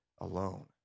alone